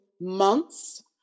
months